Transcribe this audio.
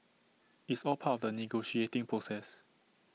it's all part of the negotiating process